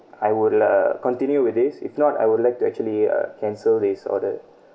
I would uh continue with this if not I would like to actually uh cancel this order